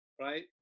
right